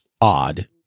odd